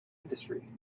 industry